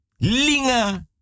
...linga